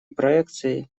проекцией